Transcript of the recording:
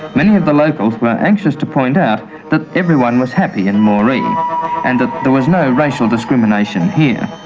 many of the locals were anxious to point out that everyone was happy in moree and that there was no racial discrimination here.